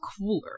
cooler